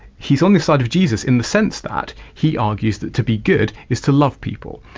he's on the side of jesus in the sense that he argues that to be good is to love people,